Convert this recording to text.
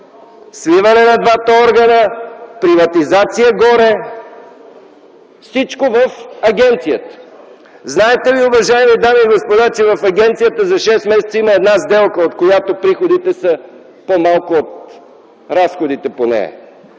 сливане на двата органа, приватизация – всичко в агенцията. Знаете ли, уважаеми дами и господа, че в агенцията за шест месеца има само една сделка, от която приходите са по-малко от разходите по нея?